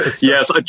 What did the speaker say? Yes